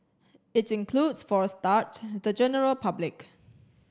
it includes for a start the general public